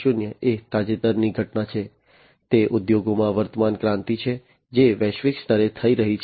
0 એ તાજેતરની ઘટના છે તે ઉદ્યોગોમાં વર્તમાન ક્રાંતિ છે જે વૈશ્વિક સ્તરે થઈ રહી છે